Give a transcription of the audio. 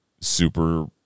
super